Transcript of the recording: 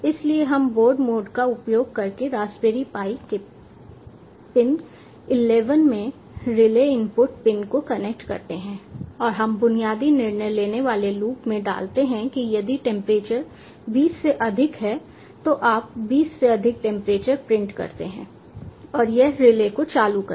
इसलिए हम board mode का उपयोग करके रास्पबेरी पाई के पिन इलेवन में रिले इनपुट पिन को कनेक्ट करते हैं और हम बुनियादी निर्णय लेने वाले लूप में डालते हैं कि यदि टेंपरेचर बीस से अधिक है तो आप 20 से अधिक टेंपरेचर प्रिंट करते हैं और यह रिले को चालू करेगा